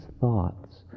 thoughts